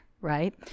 right